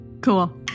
Cool